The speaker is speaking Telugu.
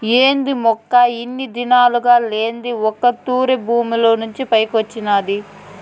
ఏంది మొక్క ఇన్ని దినాలుగా లేంది ఒక్క తూరె భూమిలోంచి పైకొచ్చినాది